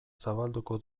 zabalduko